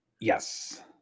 Yes